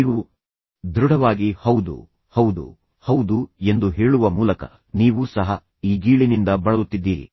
ನೀವು ದೃಢವಾಗಿ ಹೌದು ಹೌದು ಹೌದು ಎಂದು ಹೇಳುವ ಮೂಲಕ ನೀವು ಸಹ ಈ ಗೀಳಿನಿಂದ ಬಳಲುತ್ತಿದ್ದೀರಿ